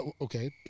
okay